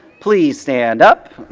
please stand up.